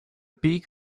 peak